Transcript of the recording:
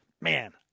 man